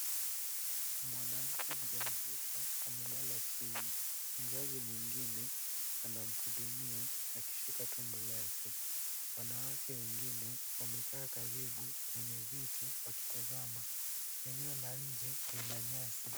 Mwanamke mjamzito amelala chini, mzazi mwingine anamhudumia akishika tumbo lake, wanawake wengine wamekaa karibu wakitazama, eneo la nje kuna nyasi.